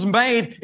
made